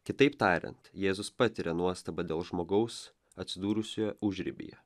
kitaip tariant jėzus patiria nuostabą dėl žmogaus atsidūrusio užribyje